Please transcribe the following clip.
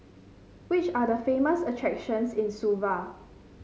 which are the famous attractions in Suva